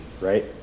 right